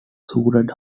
suited